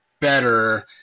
better